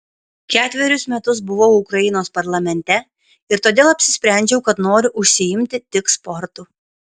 ketverius metus buvau ukrainos parlamente ir todėl apsisprendžiau kad noriu užsiimti tik sportu